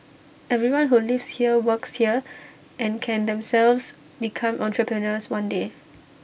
everyone who lives here works here and can themselves become entrepreneurs one day